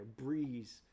breeze